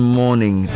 morning